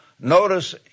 Notice